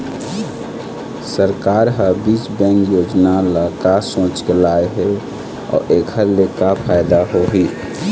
सरकार ह बीज बैंक योजना ल का सोचके लाए हे अउ एखर ले का फायदा होही?